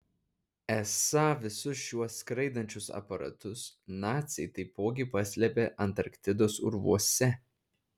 esą visus šiuos skraidančius aparatus naciai taipogi paslėpė antarktidos urvuose